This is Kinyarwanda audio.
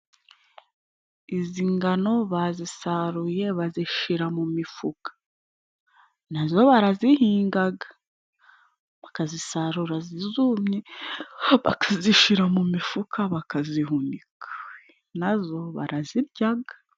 Izi ngano bazisaruye bazishyira mu mifuka, na zo barazihinga bakazisarura zumye, bakazishyira mu mifuka bakazihunika, na zo barazirya.